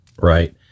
Right